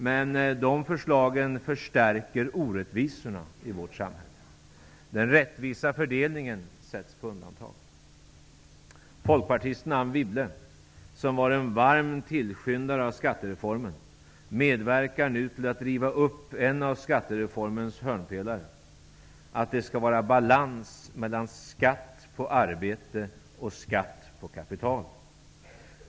Men de förslagen förstärker orättvisorna i vårt samhälle. Den rättvisa fördelningen sätts på undantag. Folkpartisten Anne Wibble, som var en varm tillskyndare av skattereformen, medverkar nu till att riva upp en av skattereformens hörnpelare -- att det skall vara balans mellan skatt på arbete och skatt på kapital.